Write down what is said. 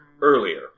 earlier